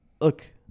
Look